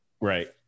Right